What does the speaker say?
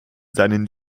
seinen